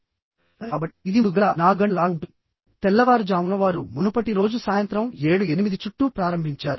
కాబట్టి ఇది 3 గంటల4 గంటల లాగా ఉంటుంది తెల్లవారుజామున వారు మునుపటి రోజు సాయంత్రం 7 8 చుట్టూ ప్రారంభించారు